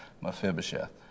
Mephibosheth